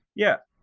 yeah.